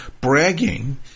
bragging